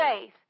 faith